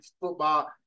football